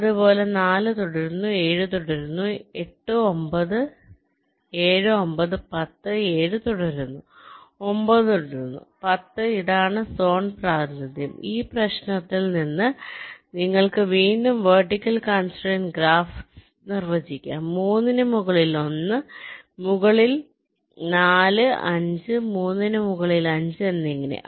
അതുപോലെ 4 തുടരുന്നു 7 തുടരുന്നു 8 9 7 9 10 7 തുടരുന്നു 9 തുടരുന്നു 10 ഇതാണ് സോൺ പ്രാതിനിധ്യം ഈ പ്രശ്നത്തിൽ നിന്ന് നിങ്ങൾക്ക് വീണ്ടും വെർട്ടിക്കൽ കോൺസ്ട്രയിന്റ് ഗ്രാഫ് നിർവചിക്കാം 3 ന് മുകളിൽ 1 മുകളിൽ 4 5 3 ന് മുകളിൽ 5 എന്നിങ്ങനെ